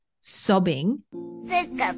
sobbing